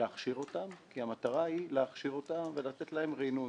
ולהכשירו כי המטרה היא להכשירם ולתת להם ריענון.